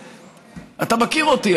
אתה מכיר אותי,